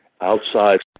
outside